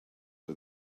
for